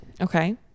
Okay